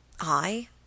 I